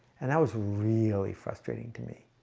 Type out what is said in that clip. and that was really frustrating to me.